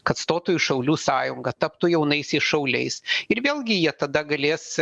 kad stotų į šaulių sąjungą taptų jaunaisiais šauliais ir vėlgi jie tada galės